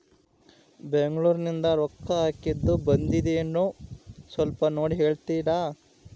ಬೆಂಗ್ಳೂರಿಂದ ರೊಕ್ಕ ಹಾಕ್ಕಿದ್ದು ಬಂದದೇನೊ ಸ್ವಲ್ಪ ನೋಡಿ ಹೇಳ್ತೇರ?